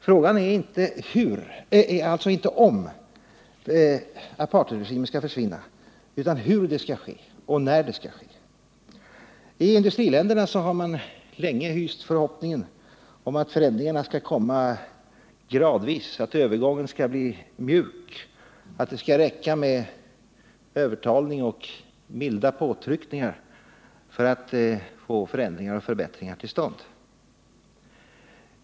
Frågan är alltså inte om apartheidregimen skall försvinna utan hur det skall ske och när det skall ske. I industriländerna har man länge hyst förhoppningen att förändringarna skall komma gradvis, att övergången skall bli mjuk, att det skall räcka med övertalning och milda påtryckningar för att få förändringar och förbättringar till stånd.